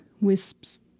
wisps